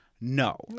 No